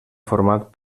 format